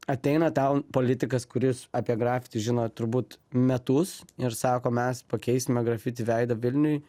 ateina ten politikas kuris apie grafiti žino turbūt metus ir sako mes pakeisime grafiti veidą vilniuj